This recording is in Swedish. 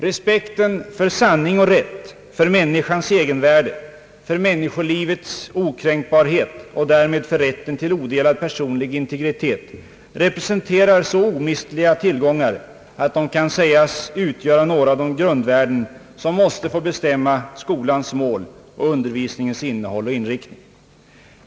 Respekten för sanning och rätt, för människans egenvärde, för människolivets okränkbarhet och därmed för rätten till odelad personlig integritet representerar så omistliga tillgångar, att de kan sägas utgöra några av de grundvärden som måste få bestämma skolans mål och undervisningens innehåll och inriktning.